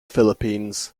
philippines